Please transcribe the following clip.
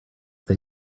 they